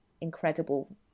incredible